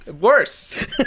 Worse